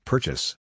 Purchase